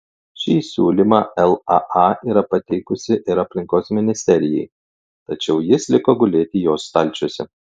šį siūlymą laa yra pateikusi ir aplinkos ministerijai tačiau jis liko gulėti jos stalčiuose